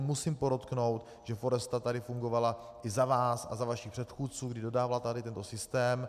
Musím podotknout, že Foresta tady fungovala i za vás a za vašich předchůdců, kdy dodávala tady tento systém.